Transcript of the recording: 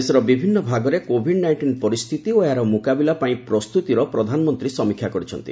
ଦେଶର ବିଭିନ୍ନ ଭାଗରେ କୋଭିଡ୍ ନାଇଷ୍ଟିନ୍ ପରିସ୍ଥିତି ଓ ଏହାର ମୁକାବିଲା ପାଇଁ ପ୍ରସ୍ତୁତିର ପ୍ରଧାନମନ୍ତ୍ରୀ ସମୀକ୍ଷା କରିଛନ୍ତି